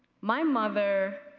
my mother,